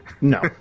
No